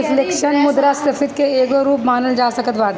reflection के मुद्रास्फीति के एगो रूप मानल जा सकत बाटे